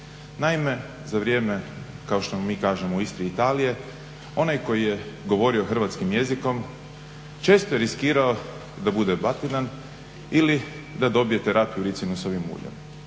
Naime, za vrijeme kao što mi kažemo u Istri Italije onaj koji je govorio hrvatskim jezikom često je riskirao da bude batinan ili da dobije terapiju ricinusovim uljem.